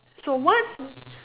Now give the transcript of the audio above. so what